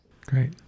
Great